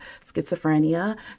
schizophrenia